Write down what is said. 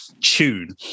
tune